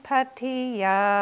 Patiya